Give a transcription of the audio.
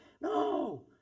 no